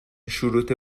شروط